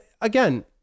again